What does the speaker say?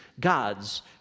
God's